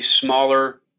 smaller